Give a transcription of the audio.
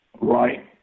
Right